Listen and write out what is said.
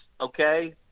okay